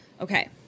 Okay